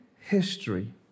history